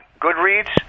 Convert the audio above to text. Goodreads